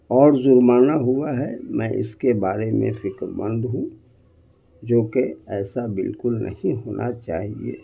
اور جرمانہ ہوا ہے میں اس کے بارے میں فکر مند ہوں جو کہ ایسا بالکل نہیں ہونا چاہیے